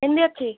ହିନ୍ଦୀ ଅଛି